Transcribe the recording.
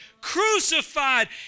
crucified